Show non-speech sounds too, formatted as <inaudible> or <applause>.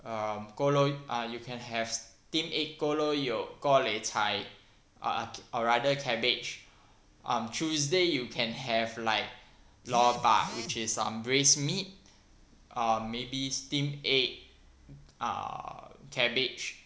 um go lo~ uh you can have steam egg gou loh yok gou leh cai or rather cabbage <breath> um tuesday you can have like lorbak which is um braised meat or maybe steamed egg err cabbage